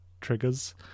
triggers